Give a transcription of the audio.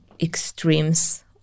extremes